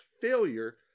failure